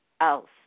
else